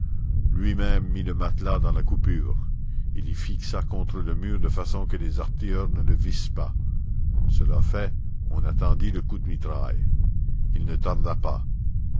lui-même mit le matelas dans la coupure il l'y fixa contre le mur de façon que les artilleurs ne le vissent pas cela fait on attendit le coup de mitraille il ne tarda pas